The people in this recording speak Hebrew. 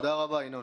תודה רבה, ינון.